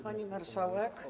Pani Marszałek!